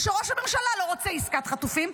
ושראש הממשלה לא רוצה עסקת חטופים,